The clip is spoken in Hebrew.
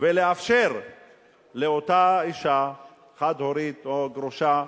ולאפשר לאותה אשה חד-הורית, או גרושה,